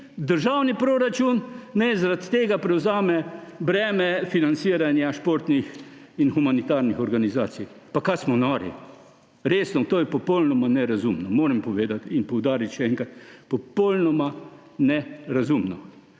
državni proračun naj zaradi tega prevzame breme financiranja športnih in humanitarnih organizacij. Pa kaj smo nori?! Resno, to je popolnoma nerazumno, moram povedati in poudariti še enkrat, popolnoma nerazumno.